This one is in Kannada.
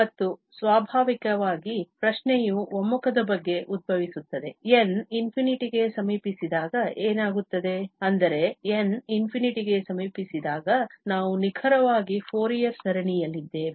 ಮತ್ತು ಸ್ವಾಭಾವಿಕವಾಗಿ ಪ್ರಶ್ನೆಯು ಒಮ್ಮುಖದ ಬಗ್ಗೆ ಉದ್ಭವಿಸುತ್ತದೆ n ∞ ಗೆ ಸಮೀಪಿಸಿದಾಗ ಏನಾಗುತ್ತದೆ ಅಂದರೆ n ∞ ಗೆ ಸಮೀಪಿಸಿದಾಗ ನಾವು ನಿಖರವಾಗಿ ಫೋರಿಯರ್ ಸರಣಿಯಲ್ಲಿದ್ದೇವೆ